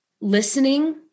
listening